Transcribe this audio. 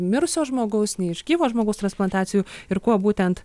mirusio žmogaus ne iš gyvo žmogaus transplantacijų ir kuo būtent